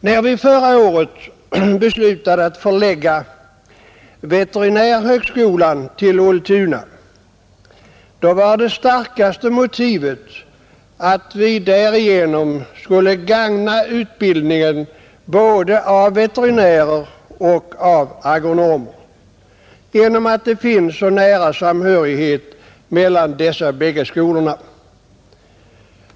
När vi förra året beslöt förlägga veterinärhögskolan till Ultuna var det starkaste motivet att vi därigenom skulle gagna utbildningen både av veterinärer och av agronomer genom der nära samhörigheten mellan dessa båda skolor.